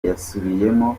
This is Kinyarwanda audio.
yasubiyemo